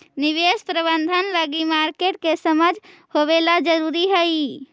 निवेश प्रबंधन लगी मार्केट के समझ होवेला जरूरी हइ